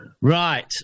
Right